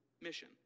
mission